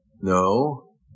No